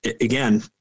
again